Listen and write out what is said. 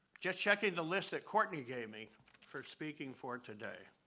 just checking the list that cortney gave me for speaking for today.